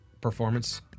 performance